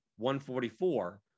144